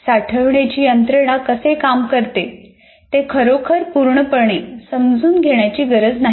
साठविण्याची यंत्रणा कसे काम करते ते खरोखर पूर्णपणे समजून घेण्याची गरज नाही